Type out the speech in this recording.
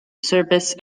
service